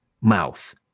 mouth